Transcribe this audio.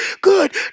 good